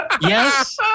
Yes